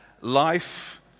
life